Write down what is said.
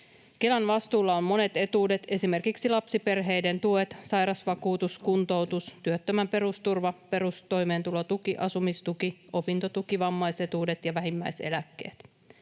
Kelan vastuulla ovat monet etuudet, esimerkiksi lapsiperheiden tuet, sairausvakuutus, kuntoutus, työttömän perusturva, perustoimeentulotuki, asumistuki, opintotuki, vammaisetuudet ja vähimmäiseläkkeet.